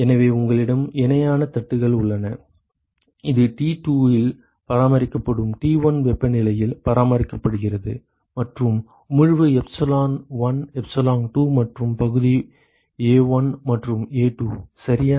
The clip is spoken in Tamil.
எனவே உங்களிடம் இணையான தட்டுகள் உள்ளன இது T2 இல் பராமரிக்கப்படும் T1 வெப்பநிலையில் பராமரிக்கப்படுகிறது மற்றும் உமிழ்வு எப்சிலோன் 1 எப்சிலோன் 2 மற்றும் பகுதி A1 மற்றும் A2 சரியா